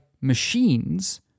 machines